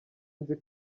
nzi